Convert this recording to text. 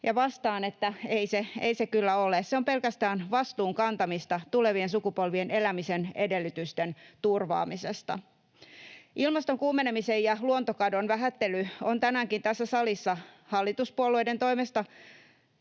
Vastaan, että ei se kyllä ole, se on pelkästään vastuun kantamista tulevien sukupolvien elämisen edellytysten turvaamisesta. Ilmaston kuumenemisen ja luontokadon vähättelyä on tänäänkin tässä salissa hallituspuolueiden toimesta